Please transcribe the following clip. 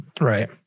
Right